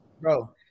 Bro